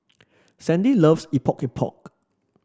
Sandy loves Epok Epok